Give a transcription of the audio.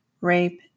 rape